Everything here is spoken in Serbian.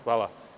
Hvala.